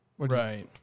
right